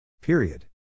Period